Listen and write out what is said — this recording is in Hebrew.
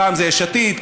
פעם זה יש עתיד,